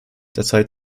derzeit